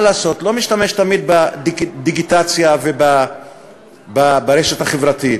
מה לעשות, לא משתמש תמיד בדיגיטציה וברשת החברתית,